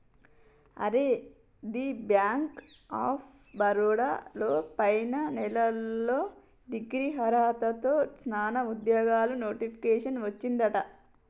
అరే the bank of Baroda లో పైన నెలలో డిగ్రీ అర్హతతో సానా ఉద్యోగాలు నోటిఫికేషన్ వచ్చిందట